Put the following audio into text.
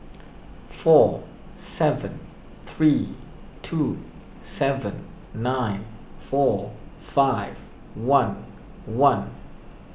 four seven three two seven nine four five one one